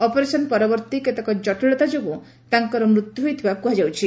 operation ପରବର୍ତ୍ତୀ କେତେକ ଜଟିଳତା ଯୋଗୁଁ ତାଙ୍କର ମୃତ୍ୟୁ ହୋଇଥିବା କୁହାଯାଉଛି